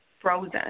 frozen